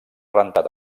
rentat